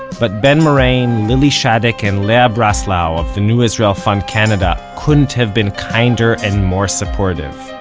but ben murane, lily shaddick and leah breslow of the new israel fund canada couldn't have been kinder and more supportive.